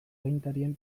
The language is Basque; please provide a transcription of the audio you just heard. agintarien